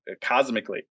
cosmically